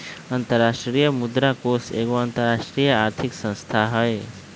अंतरराष्ट्रीय मुद्रा कोष एगो अंतरराष्ट्रीय आर्थिक संस्था हइ